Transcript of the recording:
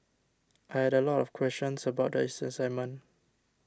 I had a lot of questions about the assignment